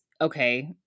Okay